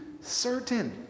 certain